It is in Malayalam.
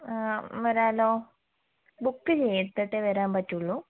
ആ വരാമല്ലോ ബുക്ക് ചെയ്തിട്ടേ വരാൻ പറ്റുള്ളൂ